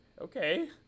okay